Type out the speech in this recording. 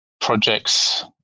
projects